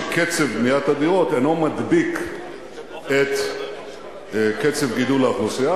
קצב בניית הדירות אינו מדביק את קצב גידול האוכלוסייה,